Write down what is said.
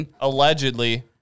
Allegedly